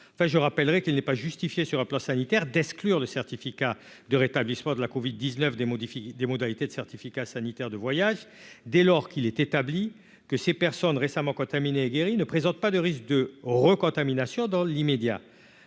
je rappellerai qu'il n'est pas justifiée sur le plan sanitaire d'exclure le certificat de rétablissement de la Covid 19 des modifie des modalités de certificat sanitaire de voyage dès lors qu'il est établi que ces personnes récemment contaminées guéri ne présente pas de risque de recontamination, dans l'immédiat,